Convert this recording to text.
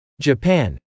Japan